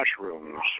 mushrooms